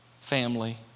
family